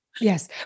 Yes